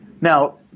Now